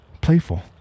playful